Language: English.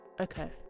Okay